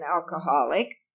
alcoholic